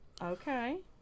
Okay